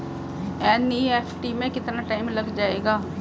NEFT में कितना time लग जाएगा?